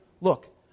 Look